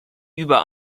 über